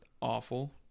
awful